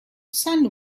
son